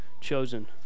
chosen